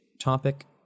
topic